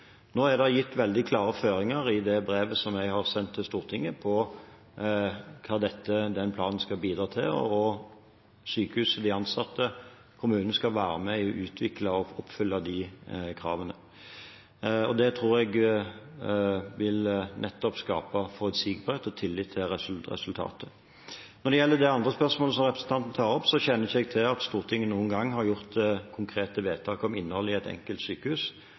Nå er det gitt veldig klare føringer i brevet jeg har sendt til Stortinget, om hva denne planen skal bidra til, og at de ansatte ved sykehuset i kommunen skal være med på å utvikle og oppfylle de kravene. Det tror jeg vil skape nettopp forutsigbarhet og tillit til resultatet. Når det gjelder det andre spørsmålet representanten tar opp, kjenner jeg ikke til at Stortinget noen gang har gjort konkrete vedtak om innhold i et enkelt sykehus,